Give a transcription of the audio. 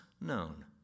known